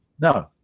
No